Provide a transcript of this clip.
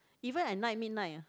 even at night midnight ah